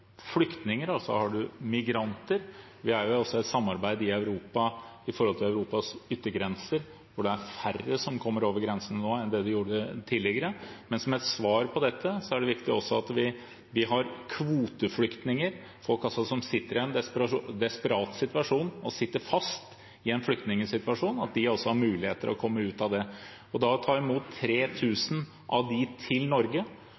migranter. Vi er også med i et samarbeid i Europa om Europas yttergrenser, og det er færre som kommer over grensen nå enn det det gjorde tidligere. Men som et svar på dette er det viktig for oss at også kvoteflyktninger, folk som sitter fast i en desperat flyktningsituasjon, har mulighet til å komme ut av det. Da å ta imot 3 000 av dem til Norge